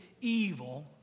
evil